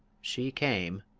she came,